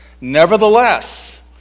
Nevertheless